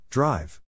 Drive